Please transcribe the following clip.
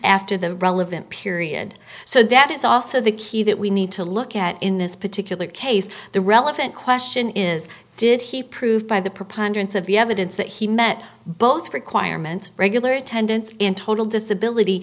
after the relevant period so that is also the key that we need to look at in this particular case the relevant question is did he proved by the preponderance of the evidence that he met both requirements of regular attendance in total disability